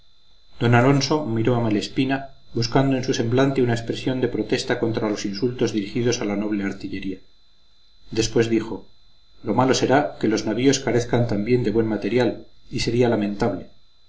d alonso miró a malespina buscando en su semblante una expresión de protesta contra los insultos dirigidos a la noble artillería después dijo lo malo será que los navíos carezcan también de buen material y sería lamentable